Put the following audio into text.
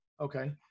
Okay